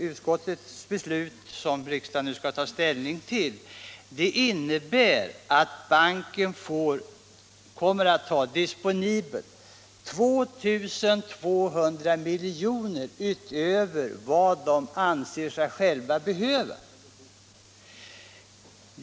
Utskottets beslut, som riksdagen nu skall ta ställning till, innebär att banken kommer att ha en summa på 2 200 milj.kr. disponibel utöver vad banken själv anser sig behöva.